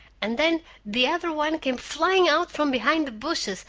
and then the other one came flying out from behind the bushes,